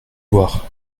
voir